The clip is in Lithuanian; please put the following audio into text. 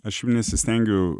aš nesistengiu